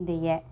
முந்தைய